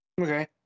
Okay